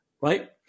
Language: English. right